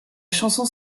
chanson